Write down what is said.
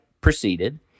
proceeded